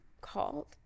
called